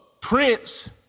Prince